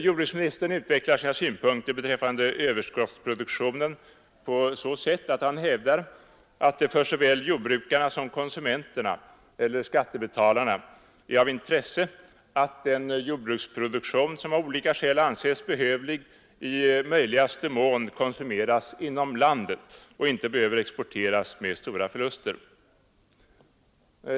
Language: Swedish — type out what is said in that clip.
Jordbruksministern utvecklar sina synpunkter beträffande överskottsproduktionen på så sätt att han hävdar att det för såväl jordbrukarna som konsumenterna eller skattebetalarna är av intresse att den jordbruksproduktion som av olika skäl anses behövlig i möjligaste mån konsumeras inom landet och inte behöver exporteras med stora förluster.